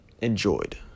enjoyed